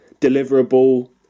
deliverable